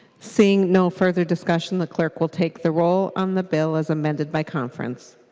seeing no further discussion the clerk will take the roll on the bill as amended by conference.